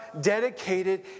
dedicated